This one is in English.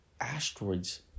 asteroids